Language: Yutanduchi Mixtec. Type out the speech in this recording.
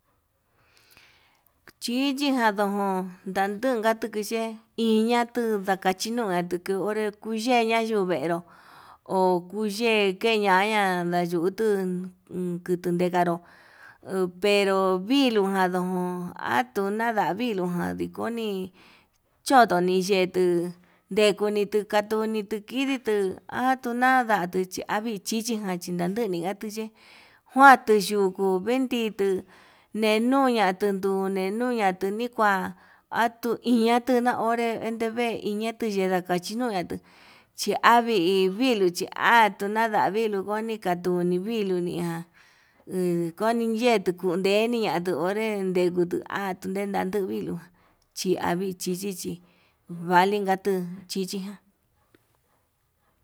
Chichijan ndojon naduka tukuye, iñatuu ndakechiñua onré kuyeña yuvenró okuyee keñaña yutu unku ndakaro, uu pero viluu jan ndo'o atunada vilujan nikoni choto niyetu, ndekunitu atuni ndikiditu atuu nadatu nduchi avichichijan chinaduye atuye, kanduu yuku bendito nenuña tenduu nenuña tunikua atuu iñatuu naonré enteve iñatu venrá kachiñunatu chi vii hi viluu chi atuu nada viluu, koni katoni viluniauu koni yetuu tuvilua, atuu onre ndekutu hatunenandu viluu chi avi chichi chí valijan tuu chichijan.